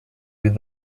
with